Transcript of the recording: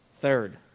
Third